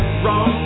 wrong